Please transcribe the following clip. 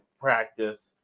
practice